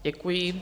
Děkuji.